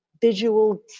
visual